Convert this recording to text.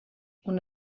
una